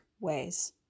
ways